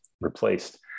replaced